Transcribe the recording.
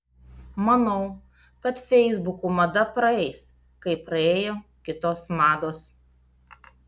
manau kad feisbukų mada praeis kaip praėjo kitos mados